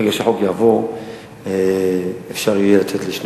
מהרגע שהחוק יעבור אפשר יהיה לתת מידע לשני